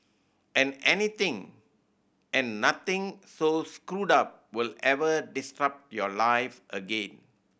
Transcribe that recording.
and anything and nothing so screwed up will ever disrupt your life again